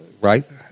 right